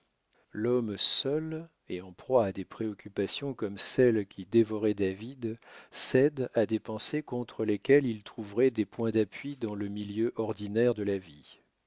l'homme seul et en proie à des préoccupations comme celles qui dévoraient david cède à des pensées contre lesquelles il trouverait des points d'appui dans le milieu ordinaire de la vie